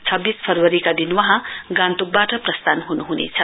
छव्बीस फरवरीका दिन वहाँ गान्तोकवाट प्रस्थान ह्न्ह्नेछ